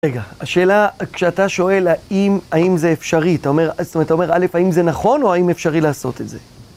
רגע, השאלה כשאתה שואל האם, האם זה אפשרי, אתה אומר, זאת אומרת, אתה אומר א', האם זה נכון או האם אפשרי לעשות את זה?